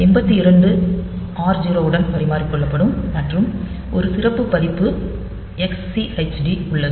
82 r0 உடன் பரிமாறிக்கொள்ளப்படும் மற்றும் ஒரு சிறப்பு பதிப்பு XCHD உள்ளது